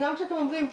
גם כשאתם אומרים,